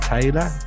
Taylor